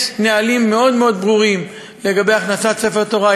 יש נהלים ברורים מאוד מאוד לגבי הכנסת ספר תורה.